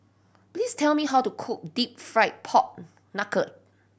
please tell me how to cook Deep Fried Pork Knuckle